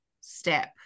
step